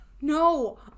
No